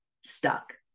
stuck